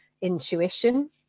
intuition